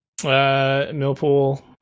Millpool